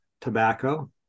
tobacco